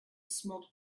smoke